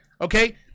Okay